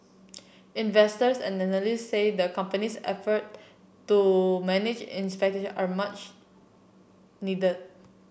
investors and analysts say the company's effort to manage expectation are much needed